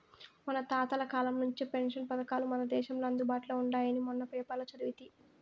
మన తాతల కాలం నుంచే పెన్షన్ పథకాలు మన దేశంలో అందుబాటులో ఉండాయని మొన్న పేపర్లో సదివితి